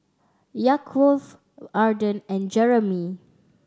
Yaakov Arden and Jeromy